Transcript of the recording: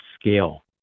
scale